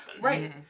Right